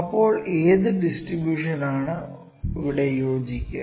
അപ്പോൾ ഏത് ഡിസ്ട്രിബൂഷൻ ആണ് ഇവിടെ യോജിക്കുക